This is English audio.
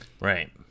Right